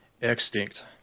extinct